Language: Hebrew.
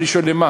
אני שואל, למה?